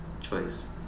choice